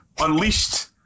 unleashed